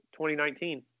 2019